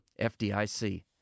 FDIC